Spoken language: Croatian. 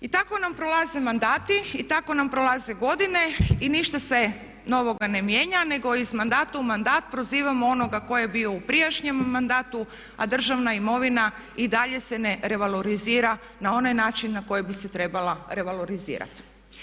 I tako nam prolaze mandati, i tako nam prolaze godine i ništa se novoga ne mijenja nego iz mandata u mandat prozivamo onoga koji je bio u prijašnjem mandatu a državna imovina i dalje se ne revalorizira na onaj način na koji bi se trebala revalorizirati.